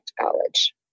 college